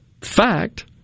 fact